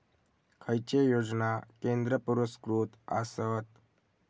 खैचे योजना केंद्र पुरस्कृत आसत?